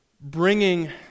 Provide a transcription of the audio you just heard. bringing